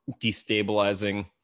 destabilizing